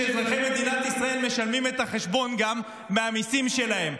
כשאזרחי מדינת ישראל גם משלמים את החשבון מהמיסים שלהם.